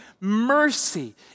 Mercy